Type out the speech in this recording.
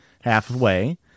Halfway